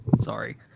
sorry